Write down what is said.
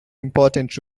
important